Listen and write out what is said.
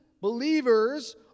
believers